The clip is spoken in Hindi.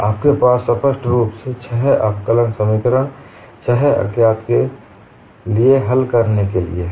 आपके पास स्पष्ट रूप से छह अवकलन समीकरण छह अज्ञात के लिए हल करने के लिए हैं